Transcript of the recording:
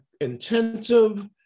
intensive